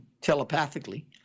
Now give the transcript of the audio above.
telepathically